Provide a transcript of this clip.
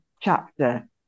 chapter